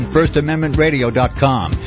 FirstAmendmentRadio.com